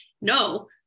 no